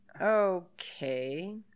Okay